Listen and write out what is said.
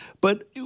But-